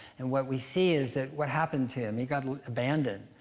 and what we see is that what happened to him. he got abandoned.